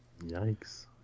Yikes